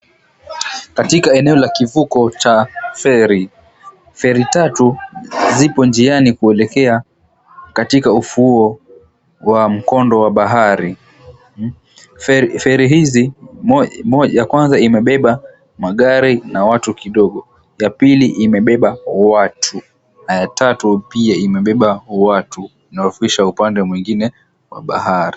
Katika eneo la kivuko cha feri, feri tatu zipo njiani kuelekea katika ufuo wa mkondo wa bahari. Feri hizi ya kwanza imebeba magari na watu kidogo, ya pili imebeba watu na ya tatu pia imebeba watu, inawavukisha upande mwingine wa bahari.